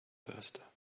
pasta